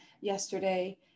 yesterday